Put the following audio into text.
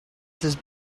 this